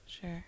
Sure